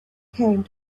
came